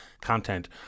content